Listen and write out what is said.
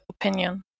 opinion